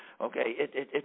Okay